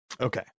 okay